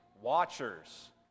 watchers